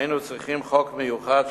היינו צריכים חוק מיוחד,